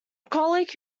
colleague